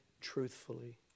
truthfully